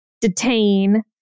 detain